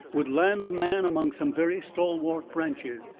would land a man among some very stalwart branches.